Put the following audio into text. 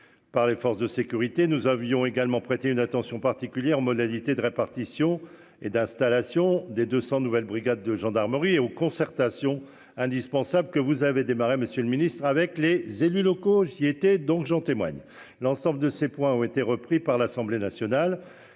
Par les forces de sécurité, nous avions également prêté une attention particulière modalités de répartition et d'installation des 200 nouvelles brigades de gendarmerie et aux concertation indispensable que vous avez démarré. Monsieur le ministre avec les élus locaux. J'y étais donc j'en témoigne l'ensemble de ces points ont été repris par l'Assemblée nationale